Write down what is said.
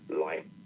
light